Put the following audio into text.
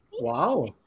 Wow